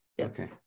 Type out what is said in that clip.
Okay